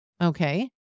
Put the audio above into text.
Okay